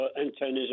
antennas